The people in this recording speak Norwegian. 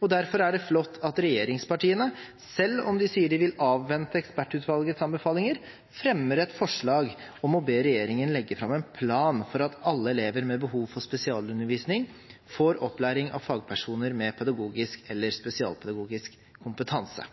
Og derfor er det flott at regjeringspartiene, selv om de sier at de vil avvente ekspertutvalgets anbefalinger, fremmer et forslag om å be regjeringen legge fram en plan for at alle elever med behov for spesialundervisning får opplæring av fagpersoner med pedagogisk eller spesialpedagogisk kompetanse.